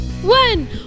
one